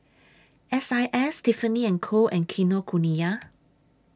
S I S Tiffany and Co and Kinokuniya